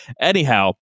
Anyhow